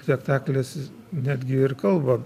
spektaklis netgi ir kalba